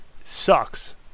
sucks